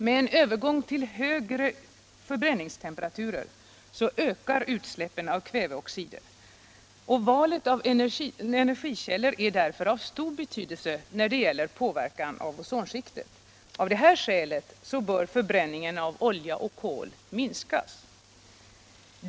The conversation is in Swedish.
Med en övergång till högre förbränningstemperaturer ökar utsläppen av kväveoxid. Valet av energikällor är därför av stor betydelse när det gäller påverkan av ozonskiktet. Av det skälet bör förbränningen av olja och kol minskas.